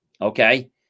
okay